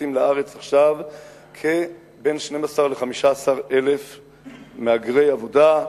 נכנסים עכשיו לארץ 12,000 15,000 מהגרי עבודה,